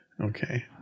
Okay